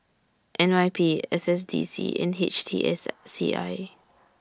N Y P S S D C and H T S C I